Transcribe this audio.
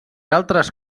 altres